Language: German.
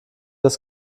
das